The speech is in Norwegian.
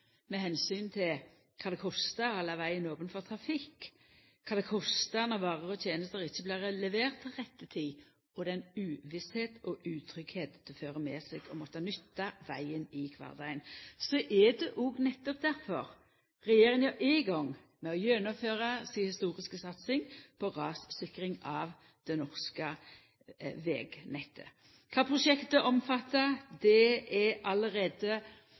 med omsyn til kva det kostar å halda vegen open for trafikk, og kva det kostar når varer og tenester ikkje blir leverte til rett tid, og den uvissa og den utryggleiken det fører med seg å måtta nytta vegen i kvardagen. Det er nettopp difor regjeringa er i gang med å gjennomføra si historiske satsing på rassikring av det norske vegnettet. Kva prosjektet omfattar, er allereie grundig gjort greie for. Det er